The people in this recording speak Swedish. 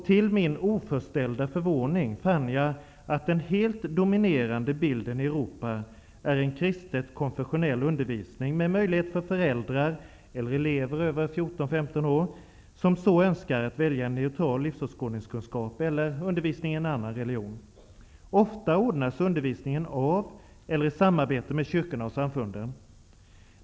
Till min oförställda förvåning fann jag att den helt dominerande bilden i Europa är en kristet konfessionell undervisning, med möjlighet för föräldrar -- eller elever över 14 15 år -- som så önskar att välja en neutral livsåskådningskunskap eller undervisning i en annan religion. Ofta ordnas undervisningen av eller i samarbete med kyrkorna och samfunden.